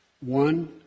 One